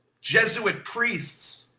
jesuit priests.